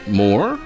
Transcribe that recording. more